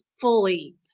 fully